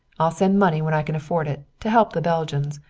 i'll send money when i can afford it, to help the belgians,